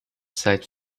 seit